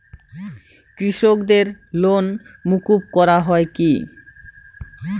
কৃষকদের লোন মুকুব করা হয় কি?